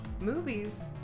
movies